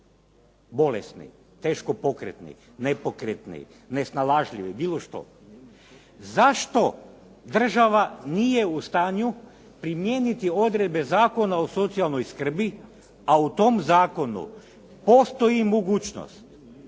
bolesni, teško pokretni, nepokretni, nesnalažljivi, bilo što. Zašto država nije u stanju primijeniti odredbe Zakona o socijalnoj skrbi a u tom zakonu postoji mogućnost